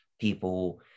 people